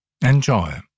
Enjoy